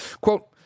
Quote